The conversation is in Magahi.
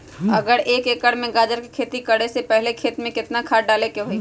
अगर एक एकर में गाजर के खेती करे से पहले खेत में केतना खाद्य डाले के होई?